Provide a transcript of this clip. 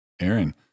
Aaron